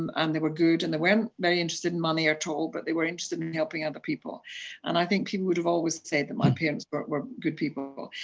um and they were good, and they weren't very interested in money at all, but they were interested in helping other people and i think people would have always said that my parents but were good people.